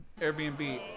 Airbnb